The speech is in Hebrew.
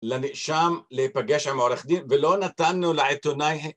לנאשם, להיפגש עם העורך דין, ולא נתנו לעיתונאי